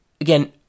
again